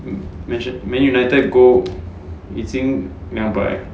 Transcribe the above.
hmm okay man united gold 已经两百